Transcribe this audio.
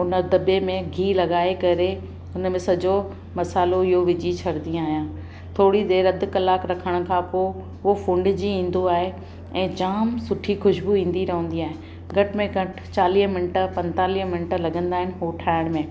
उन दॿे में गिह लॻाए करे हुन में सॼो मसाल्हो इहो विझी छॾींदी आहियां थोरी देरि अधु कलाकु रखण खां पोइ उहो फुंॾिजी ईंदो आहे ऐं जामु सुठी ख़ुशबू ईंदी रहंदी आहे घटि में घटि चालीह मिंट पंतालीह मिंट लॻंदा आहिनि उहो ठाहिण में